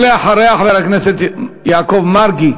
ואחריה, חבר הכנסת יעקב מרגי.